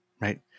Right